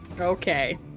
Okay